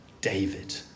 David